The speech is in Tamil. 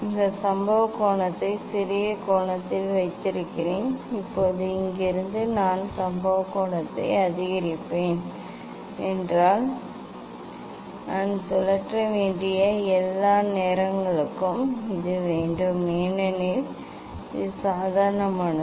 இந்த சம்பவ கோணத்தை சிறிய கோணத்தில் வைத்திருக்கிறேன் இப்போது இங்கிருந்து நான் சம்பவ கோணத்தை அதிகரிப்பேன் என்றால் நான் சுழற்ற வேண்டிய எல்லா நேரங்களுக்கும் இது வேண்டும் ஏனெனில் இது சாதாரணமானது